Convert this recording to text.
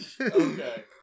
Okay